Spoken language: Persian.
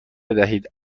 بدهید